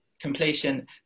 completion